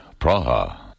Praha